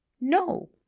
No